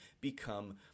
become